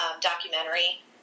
documentary